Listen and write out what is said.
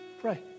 Pray